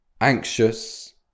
anxious